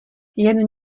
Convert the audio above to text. jen